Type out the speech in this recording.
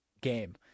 game